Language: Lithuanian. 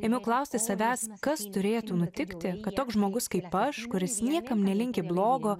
ėmiau klausti savęs kas turėtų nutikti kad toks žmogus kaip aš kuris niekam nelinki blogo